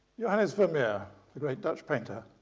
johannes vermeer, the great dutch painter,